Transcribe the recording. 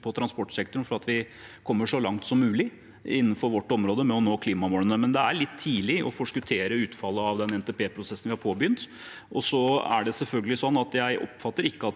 transportsektoren for at vi kommer så langt som mulig innenfor vårt område med å nå klimamålene, men det er litt tidlig å forskuttere utfallet av den NTP-prosessen vi har påbegynt. Så er det selvfølgelig sånn at jeg ikke oppfatter at